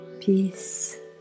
peace